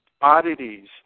oddities